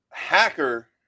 hacker